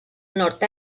nord